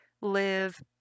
live